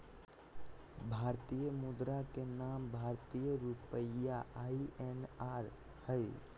भारतीय मुद्रा के नाम भारतीय रुपया आई.एन.आर हइ